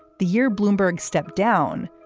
the year bloomberg stepped down,